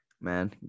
Man